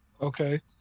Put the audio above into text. Okay